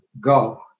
go